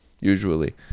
usually